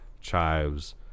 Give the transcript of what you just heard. chives-